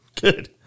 Good